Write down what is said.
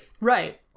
Right